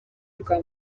rwa